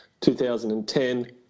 2010